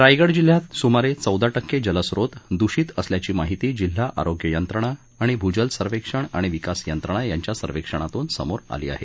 रायगड जिल्हयातील सुमारे चौदा टक्के जलस्त्रोत दूषित असल्याची माहिती जिल्हा आरोग्य यंत्रणा आणि भूजल सर्वेक्षण आणि विकास यंत्रणा यांच्या सर्वेक्षणातून समोर आली आहे